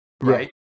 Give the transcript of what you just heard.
right